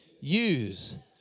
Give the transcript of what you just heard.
use